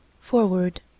FORWARD